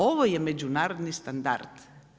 Ovo je međunarodni standard.